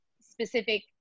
specific